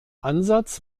ansatz